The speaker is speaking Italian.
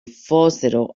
fossero